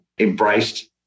embraced